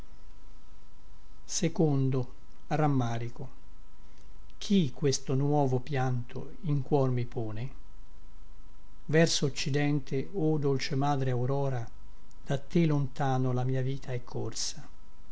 di sfinge chi questo nuovo pianto in cuor mi pone verso occidente o dolce madre aurora da te lontano la mia vita è corsa